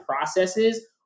processes